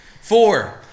Four